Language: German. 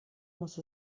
muss